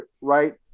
right